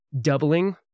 doubling